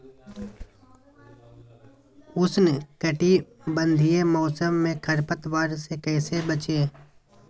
उष्णकटिबंधीय मौसम में खरपतवार से कैसे बचिये?